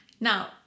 Now